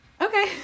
Okay